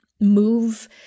move